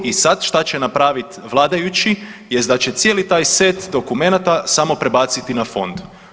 I sad što će napraviti vladajući, jest da će cijeli taj set dokumenata samo prebaciti na fond.